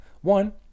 One